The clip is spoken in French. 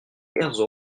quatorze